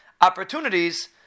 opportunities